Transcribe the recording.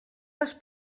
les